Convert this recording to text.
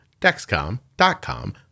Dexcom.com